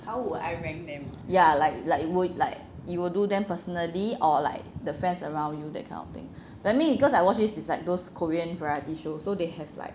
ya like like will like like you will do them personally or like the friends around you that kind of thing I mean cause I watch this is like those korean variety show so they have like